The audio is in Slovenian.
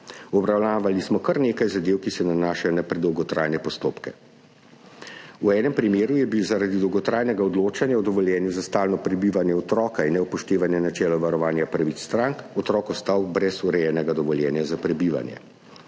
Obravnavali smo kar nekaj zadev, ki se nanašajo na predolgotrajne postopke. V enem primeru je zaradi dolgotrajnega odločanja o dovoljenju za stalno prebivanje otroka in neupoštevanja načela varovanja pravic strank otrok ostal brez urejenega dovoljenja za prebivanje.